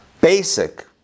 basic